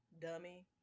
dummy